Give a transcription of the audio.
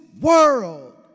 world